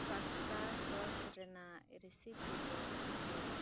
pasta sauce ᱨᱮᱱᱟᱜ recipe ᱫᱚ ᱪᱮᱫ